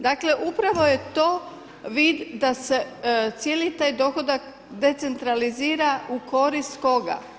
Dakle, upravo je to vid da se cijeli taj dohodak decentralizira u korist koga?